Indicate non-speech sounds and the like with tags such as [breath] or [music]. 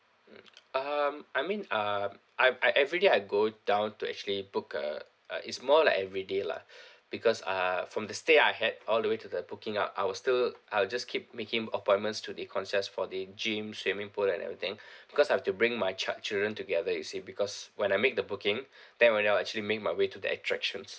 [noise] um I mean um I'm I everyday I go down to actually book a a it's more like everyday lah [breath] because uh from the stay I had all the way to the booking up I was still I'll just keep making appointments to the concierge for the gym swimming pool and everything [breath] because I have to bring my child children together you see because when I make the booking [breath] then when I will actually make my way to the attractions